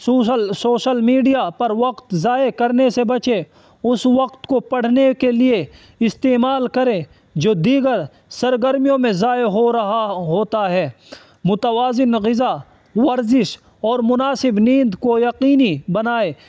social social media پر وقت ضائع کرے سے بچیں اس وقت کو پڑھنے کے لیے استعمال کریں جو دیگر سرگرمیوں میں ضائع ہو رہا ہوتا ہے متوازن غذا ورزش اور مناسب نیند کو یقینی بنائیں